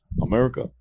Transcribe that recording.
america